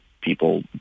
people